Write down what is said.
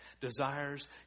Desires